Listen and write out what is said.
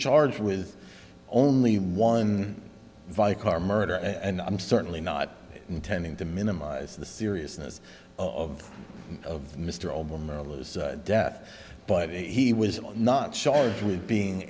charged with only one vi car murder and i'm certainly not intending to minimize the seriousness of of mr obama death but he was not charged with being